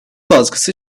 baskısı